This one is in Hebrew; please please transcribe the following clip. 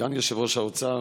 סגן שר האוצר,